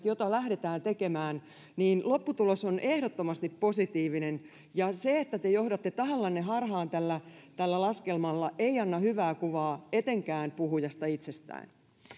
joita lähdetään tekemään niin lopputulos on ehdottomasti positiivinen ja se että te johdatte tahallanne harhaan tällä tällä laskelmalla ei anna hyvää kuvaa etenkään puhujasta itsestään